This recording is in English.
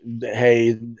Hey